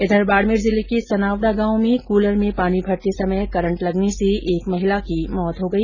इधर बाडमेर जिले के सनावड़ा गांव में कूलर में पानी भरते समय करंट लगने से एक महिला की मौत हो गई